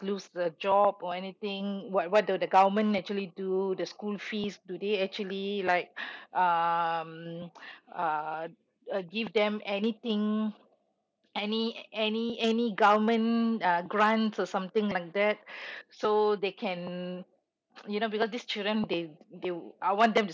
lose the job or anything what what the government actually do the school fees do they actually like um uh uh give them anything any any any government uh grant or something like that so they can you know because these children they they would I want them to